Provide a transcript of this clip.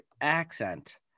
accent